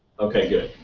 okay, good.